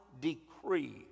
decree